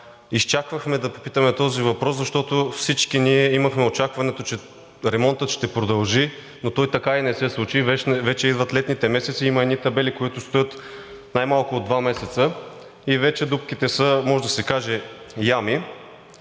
Изчаквахме да попитаме този въпрос, защото всички ние имахме очакването, че ремонтът ще продължи, но той така и не се случи и вече идват летните месеци, има едни табели, които стоят най-малко от два месеца, и вече дупките са, може да се каже, ями.